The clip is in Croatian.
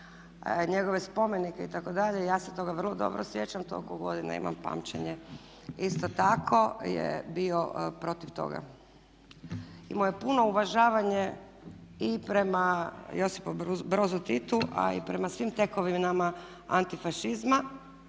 njegove spomenike itd., ja se toga vrlo dobro sjećam, toliko godina imam pamćenje, isto tako je bio protiv toga. Imao je puno uvažavanje i prema Josipu Brozu Titu a i prema svim tekovinama antifašizma